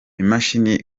imashini